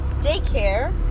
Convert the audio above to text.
daycare